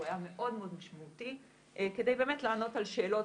הוא היה מאוד מאוד משמעותי כדי באמת לענות על שאלות,